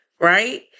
right